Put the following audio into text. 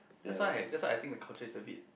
that's why that's why I think the culture is a bit